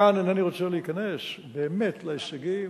כאן אינני רוצה להיכנס באמת להישגים